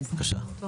בבקשה.